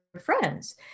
friends